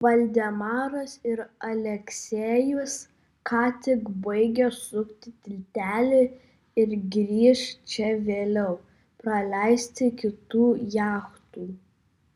valdemaras ir aleksejus ką tik baigė sukti tiltelį ir grįš čia vėliau praleisti kitų jachtų